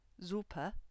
super